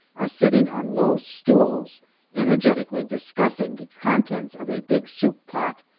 are sitting on low stools energetically discussing the contents of a big soup-pot,